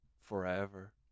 forever